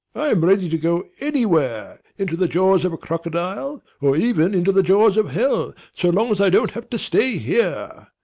i am ready to go anywhere into the jaws of a crocodile, or even into the jaws of hell, so long as i don't have to stay here.